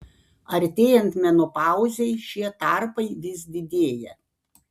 artėjant menopauzei šie tarpai vis didėja